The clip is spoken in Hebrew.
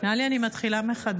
נראה לי שאני מתחילה מחדש.